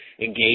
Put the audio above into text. engage